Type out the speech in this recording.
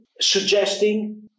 suggesting